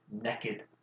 naked